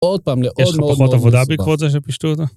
עוד פעם, לעוד מאוד מאוד סיפר.